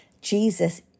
Jesus